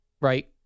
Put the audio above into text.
right